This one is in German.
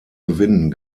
gewinnen